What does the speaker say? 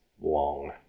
long